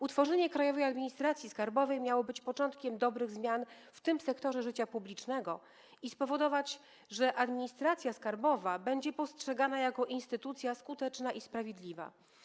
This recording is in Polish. Utworzenie Krajowej Administracji Skarbowej miało być początkiem dobrych zmian w tym sektorze życia publicznego i spowodować, że administracja skarbowa będzie postrzegana jako instytucja skuteczna i sprawiedliwa.